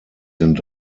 sind